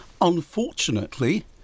Unfortunately